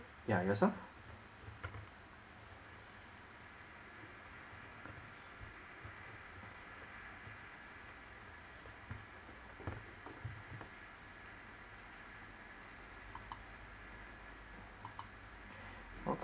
yeah yourself oh